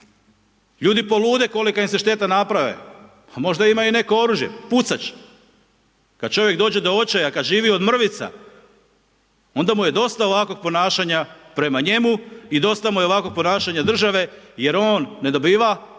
Ljudi polude kolika im se šteta naprave, pa možda imaju i neko oružje, pucat će. Kad čovjek dođe do očaja, kada živi od mrvica, onda mu je dosta ovakvog ponašanja prema njemu i dosta mu je ovakvog ponašanja države jer on ne dobiva ko